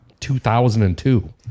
2002